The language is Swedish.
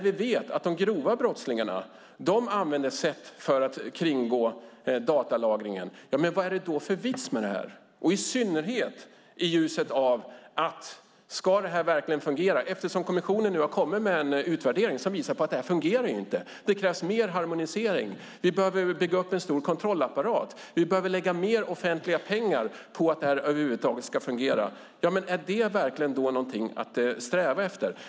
Vi vet att de grova brottslingarna använder sätt för att kringgå datalagringen. Vad är det då för vits med detta? Det gäller i synnerhet i ljuset av vad som behövs för att det verkligen ska fungera. Kommissionen har gjort en utvärdering som visar på att det inte fungerar. Det krävs mer harmonisering. Man behöver bygga upp en stor kontrollapparat. Man behöver lägga mer offentliga pengar för att det över huvud taget ska fungera. Är det verkligen någonting att sträva efter?